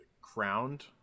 crowned